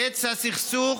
קץ הסכסוך